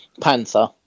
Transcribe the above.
panther